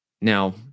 Now